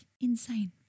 Insane